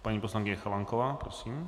Paní poslankyně Chalánková, prosím.